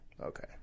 Okay